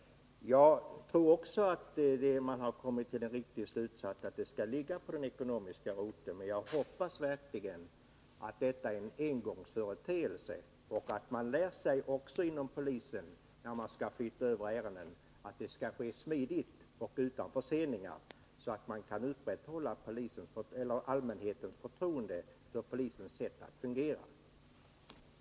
Jagtror alltså att det är en riktig slutsats att dessa ärenden skall ligga på den ekonomiska roteln. Men jag hoppas verkligen att detta är en engångsföreteelse och att polisen lär sig att överflyttning av ärenden skall ske smidigt och utan förseningar, så att allmänhetens förtroende för polisens sätt att fungera kan upprätthållas.